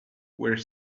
were